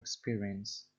experience